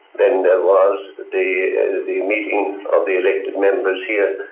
then there was the the meeting of the elected members here,